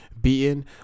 beaten